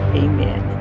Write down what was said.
amen